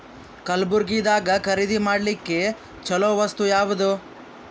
ಕಲಬುರ್ಗಿದಾಗ ಖರೀದಿ ಮಾಡ್ಲಿಕ್ಕಿ ಚಲೋ ವಸ್ತು ಯಾವಾದು?